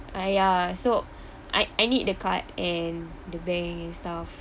I ya so I I need the card and the bank stuff